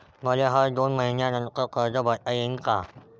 मले हर दोन मयीन्यानंतर कर्ज भरता येईन का?